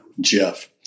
Jeff